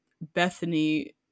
Bethany